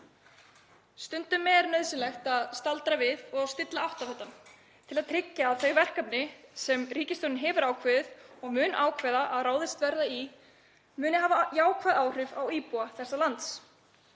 Stundum er nauðsynlegt að staldra við og stilla áttavitann til að tryggja að þau verkefni sem ríkisstjórnin hefur ákveðið og mun ákveða að ráðist verði í hafi jákvæð áhrif á íbúa þessa lands,